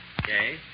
Okay